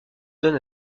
donne